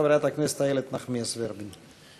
חברת הכנסת איילת נחמיאס ורבין.